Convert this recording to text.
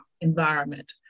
environment